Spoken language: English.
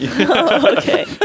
Okay